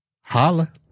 holla